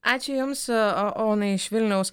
ačiū jums o onai iš vilniaus